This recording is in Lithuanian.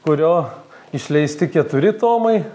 kurio išleisti keturi tomai